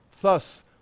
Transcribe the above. Thus